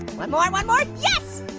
one more, one more, yes!